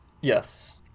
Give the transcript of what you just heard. yes